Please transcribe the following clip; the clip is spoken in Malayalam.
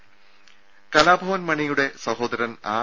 രുമ കലാഭവൻ മണിയുടെ സഹോദരൻ ആർ